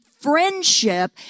friendship